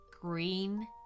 green